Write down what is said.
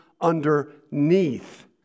underneath